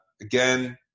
again